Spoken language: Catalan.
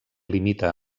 limita